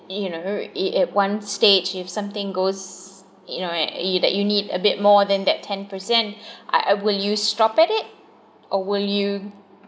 you know it at one stage if something goes you know that you need a bit more than that ten percent I will you stop at it or will you